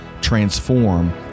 transform